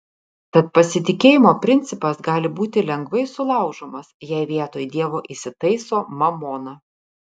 tad pasitikėjimo principas gali būti lengvai sulaužomas jei vietoj dievo įsitaiso mamona